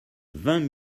vingt